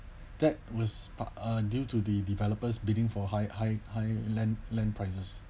that was uh due to the developers bidding for high high high land land prices